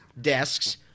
desks